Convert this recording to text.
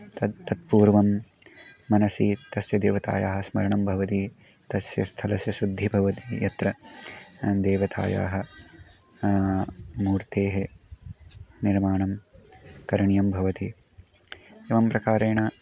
तत् तत् पूर्वं मनसि तस्य देवतायाः स्मरणं भवति तस्य स्थलस्य शुद्धिः भवति यत्र देवतायाः मूर्तेः निर्माणं करणीयं भवति एवं प्रकारेण